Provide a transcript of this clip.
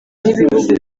n’ibihugu